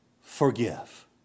Forgive